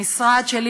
המשרד שלי,